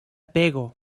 pego